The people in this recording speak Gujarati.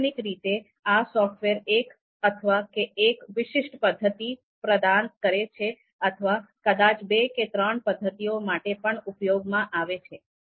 લાક્ષણિક રીતે આ સોફ્ટવેર એક અથવા તો એક વિશિષ્ટ પદ્ધતિ પ્રદાન કરે છે અથવા કદાચ બે કે ત્રણ પદ્ધતિઓ માટે પણ ઉપયોગ માં આવે છે